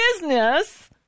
business